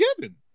given